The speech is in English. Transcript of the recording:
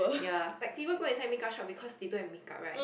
ya like people go inside makeup shop because they don't have makeup right